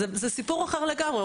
זה סיפור אחר לגמרי,